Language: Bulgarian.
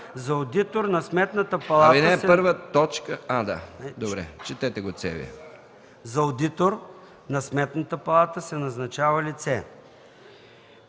За одитор на Сметната палата се назначава лице: